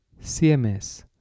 CMS